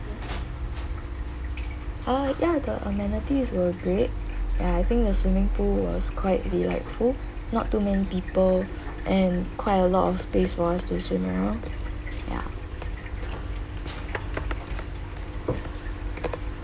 ah ya the amenities were great ya I think the swimming pool was quite delightful not too many people and quite a lot of space for us to swim around ya